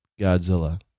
Godzilla